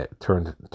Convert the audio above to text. turned